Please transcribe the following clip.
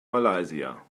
malaysia